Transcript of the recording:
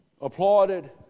applauded